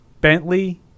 Bentley